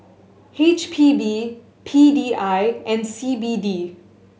H P B P D I and C B D